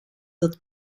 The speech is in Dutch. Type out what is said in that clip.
dat